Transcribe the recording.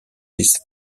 his